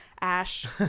ash